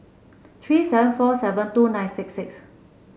three seven four seven two nine six six